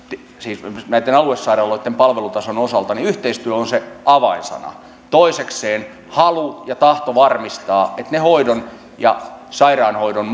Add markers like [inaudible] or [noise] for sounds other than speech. näitten aluesairaaloitten palvelutason osalta yhteistyö on se avainsana toisekseen halu ja tahto varmistaa että ne hoidon ja sairaanhoidon [unintelligible]